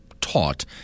taught